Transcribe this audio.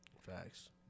Facts